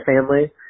family